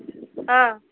ஆ